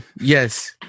yes